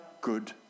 good